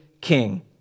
king